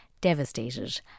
devastated